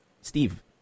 Steve